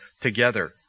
together